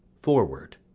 forward,